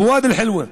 בוואדי אל-חילווה.